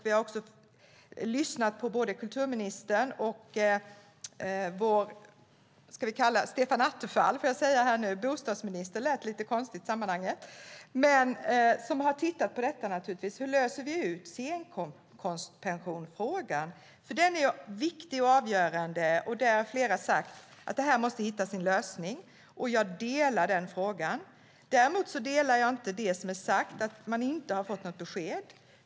Vi har lyssnat på både kulturministern och Stefan Attefall - bostadsminister lät lite konstigt i sammanhanget - som har tittat på hur scenkonstpensionsfrågan kan lösas. Den är viktig och avgörande. Flera har sagt att den måste få sin lösning, och jag delar den uppfattningen. Däremot delar jag inte det som är sagt att man inte fått något besked.